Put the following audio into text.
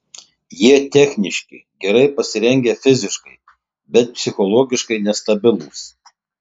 jie techniški gerai pasirengę fiziškai bet psichologiškai nestabilūs